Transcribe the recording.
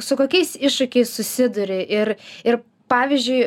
su kokiais iššūkiais susiduri ir ir pavyzdžiui